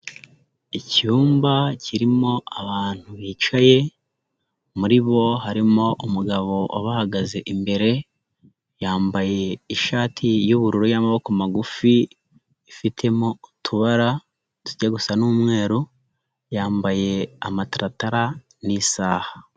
Icyumba kirimo abantu bicaye, muri bo harimo umugabo ubahagaze imbere, yambaye ishati y'ubururu y'amaboko magufi, ifitemo utubara tujya gusa n'umweru, yambaye amataratara n'isaha.